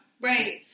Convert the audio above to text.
Right